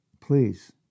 Please